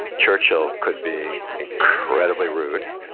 churchill could be incredibly rude,